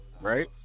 right